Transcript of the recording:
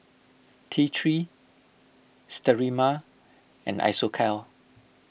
T three Sterimar and Isocal